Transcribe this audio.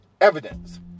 evidence